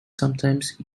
sometimes